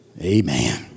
amen